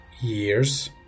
years